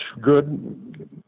good